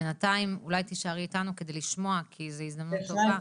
בינתיים אולי תישארי איתנו כדי לשמוע כי זו הזדמנות טובה